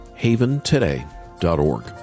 HavenToday.org